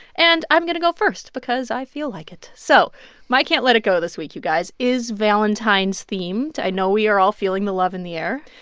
and i'm going to go first because i feel like it. so my can't let it go this week, you guys, is valentine's themed. i know we are all feeling the love in the air,